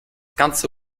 ganze